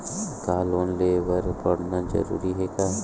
का लोन ले बर पढ़ना जरूरी हे का?